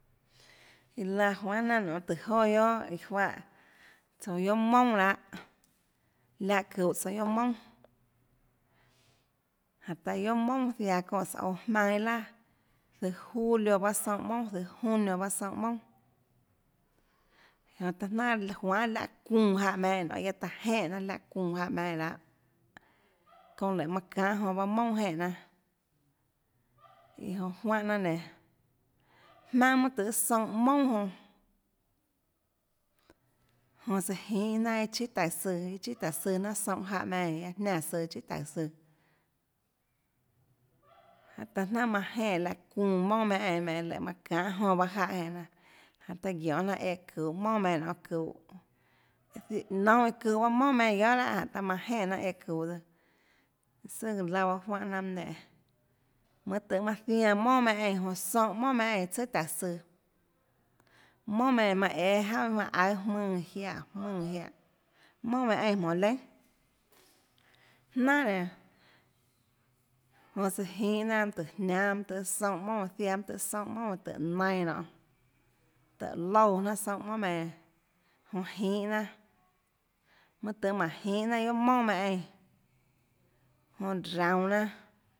Iã laã juanhà jnanà nonê tùhå joà guiohàiã juáhã guiohà mounà lahâ láhã çuhå tsouã guiohà mounà jánhå taã guiohà mounà ziaã çounã sùhå aouã jmaønâ iâ laà zøhå julio zøhå paâ soúnhã mounàjunio paâ soúnhã mounà jánhå taã jnanà juanhà láhã çuunã jáhã meinhâ eínã nonê guiaã taã jenè jnanà láhã çuunã jáhã meinhâ eínã lahâ çounã léhå manã çanhâ jonã pahâ mounà jenè jnanàiã jonã juánhã jnanà nénå jmaønâ mønâ tøhê soúnhã mounà jonã jonã søã jinhâ jnanà iã chíà taùå søã iã chíà taùå søã jnánhà soúnhã jáhã meinhâ eínã guiaâ jniánã søã chíà taùå søã jñhå taã jnanà manã jenè láhã çuunã mounà meinhâ eínã menê léhå manã çánhâ jonã pahâ jáhã jenè jnanà jánhå taã guionê jnanà eã çuhå mounà meinhâ nonê çuhå nounhå eã çuhå pahâ mounà meinhâ eínã guiohà lahâ jánhå taã manã jenè jnanà eã çuhå tsøã søà laã bahâ juánhã jnanà mønâ nenè mønâ tøhê manã zianã mounà meinhà eínã onã soúnhã mounà meinhâ eínã tsùà taùå søã mounà meinhà eínã manã õâ jauà ninã juáhã aùâ jmùnã jiaè jmùnã jiaè mounà meinhâ eínã monå leínà jnanà nénåjonã søã jinhâ jnanàtùhå jniánâ mønâ tøhê soúnhã mounà ziaã mønâ tøhê soúnhã mounàtùhå nainã nonê táhå loúã jnanà soúnhã mounà meinhâ eínã onã jinhâ jnanàmønâ tùhå mánå jinhâ jnanà guiohà mounà meinhâ eínã jonã rounå jnanà